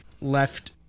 left